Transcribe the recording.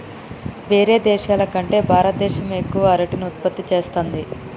వేరే దేశాల కంటే భారత దేశమే ఎక్కువ అరటిని ఉత్పత్తి చేస్తంది